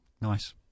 Nice